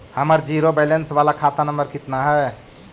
हमर zero balance बाला खाता नम्बर कितना है?